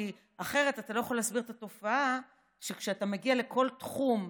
כי אחרת אתה לא יכול להסביר את התופעה שכשאתה מגיע לכל תחום,